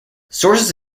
sources